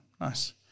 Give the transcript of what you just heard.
Nice